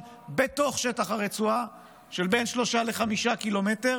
בתוך שטח הרצועה של בין 3 ל-5 קילומטר,